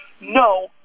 No